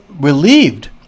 relieved